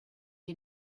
you